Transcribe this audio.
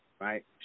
right